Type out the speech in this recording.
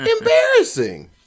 embarrassing